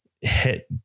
hit